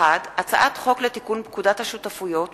הצעת חוק לתיקון פקודת השותפויות (מס'